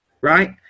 right